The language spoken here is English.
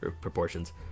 proportions